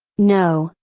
no,